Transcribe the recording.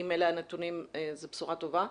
אם אלה הנתונים, זו בשורה טובה.